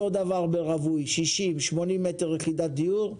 אותו דבר ברווי: 60, 80 מטר יחידת דיור,